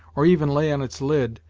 or even lay on its lid,